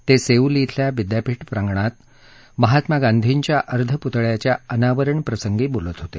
ते सेऊल शिल्या विद्यापीठ प्रांगणात महात्मा गांधींच्या अर्धपुतळ्याच्या अनावरणप्रसंगी बोलत होते